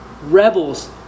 rebels